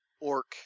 orc